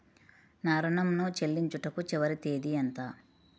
నా ఋణం ను చెల్లించుటకు చివరి తేదీ ఎంత?